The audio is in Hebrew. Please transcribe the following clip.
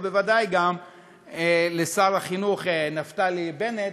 ובוודאי גם לשר החינוך נפתלי בנט,